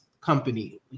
company